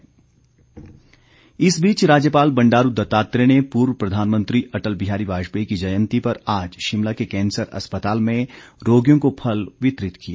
फल वितरण अटल इस बीच राज्यपाल बंडारू दत्तात्रेय ने पूर्व प्रधानमंत्री अटल बिहारी वाजपेयी की जयंती पर आज शिमला के कैंसर अस्पताल में जाकर रोगियों को फल वितरित किए